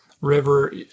river